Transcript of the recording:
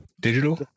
digital